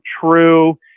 true